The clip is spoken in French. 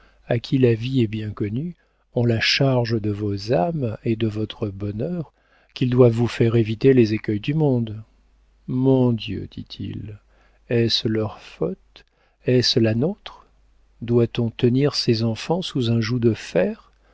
à qui la vie est bien connue ont la charge de vos âmes et de votre bonheur qu'ils doivent vous faire éviter les écueils du monde mon dieu dit-il est-ce leur faute est-ce la nôtre doit-on tenir ses enfants sous un joug de fer